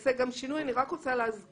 יעשה גם שינוי, אני רק רוצה להזכיר